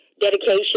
dedication